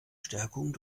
stärkung